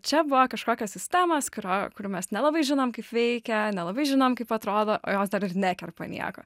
čia buvo kažkokios sistemos kurio kurių mes nelabai žinom kaip veikia nelabai žinom kaip atrodo o jos dar ir nekerpa nieko